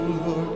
Lord